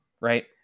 right